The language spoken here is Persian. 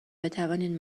بتوانید